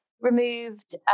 removed